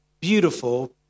beautiful